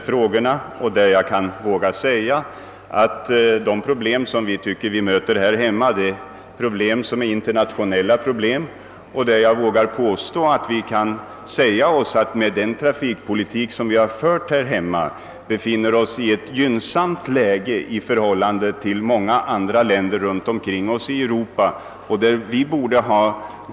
frågor diskuterades, och jag kan därför säga att de problem vi möter här hemma är internationella. Jag påstår också att den trafikpolitik vi fört här i landet har gjort att vi nu befinner oss i ett gynnsamt läge i förhållande till många andra länder i Europa.